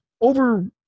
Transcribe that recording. over